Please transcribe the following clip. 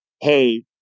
Hey